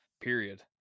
Period